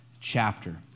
chapter